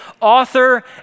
author